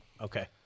Okay